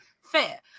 Fair